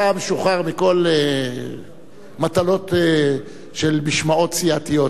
אתה משוחרר מכל מטלות של משמעות סיעתיות,